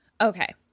Okay